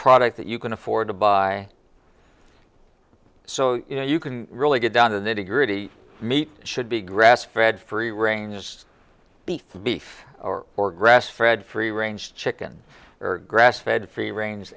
product that you can afford to buy so you can really get down to the nitty gritty meat should be grass fed free range as beef beef or for grass fred free range chickens or grass fed free range